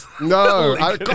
No